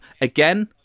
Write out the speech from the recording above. Again